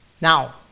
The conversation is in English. Now